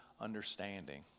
understanding